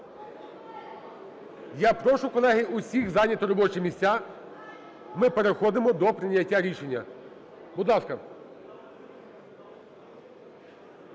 Я прошу, колеги, усіх зайняти робочі місця, ми переходимо до прийняття рішення. Будь ласка.